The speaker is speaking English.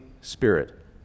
Spirit